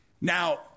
now